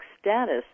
status